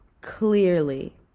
Clearly